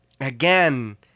Again